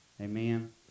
Amen